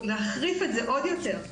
ולהחריף את זה עוד יותר,